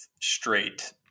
straight